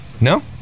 No